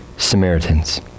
Samaritans